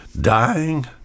dying